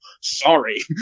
Sorry